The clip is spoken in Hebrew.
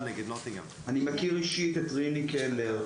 אני מכיר אישית את ריני קלר,